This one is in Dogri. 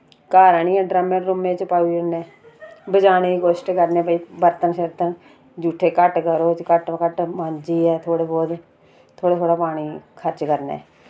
घर आह्निये ड्रमे डरुमे च पाई ओढ़ने बचाने दी कोश्ट करने भाई बर्तन शर्तन झूठे घट करो ते घटो घट मांजियै थोह्ड़े बोह्त थोह्ड़े बोह्ता पानी खर्च करने